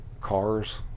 Cars